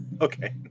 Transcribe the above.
okay